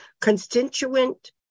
constituent